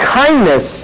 kindness